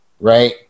right